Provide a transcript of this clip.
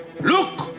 Look